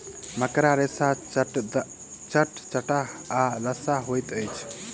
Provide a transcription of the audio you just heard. मकड़ा रेशा चटचटाह आ लसाह होइत अछि